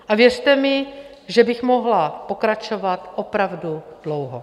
A věřte mi, že bych mohla pokračovat opravdu dlouho.